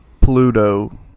pluto